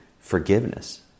forgiveness